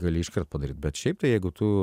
gali iškart padaryt bet šiaip tai jeigu tu